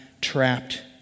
trapped